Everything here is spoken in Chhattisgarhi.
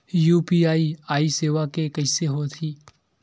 यू.पी.आई सेवा के कइसे होही?